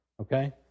Okay